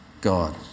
God